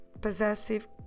possessive